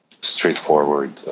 Straightforward